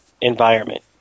environment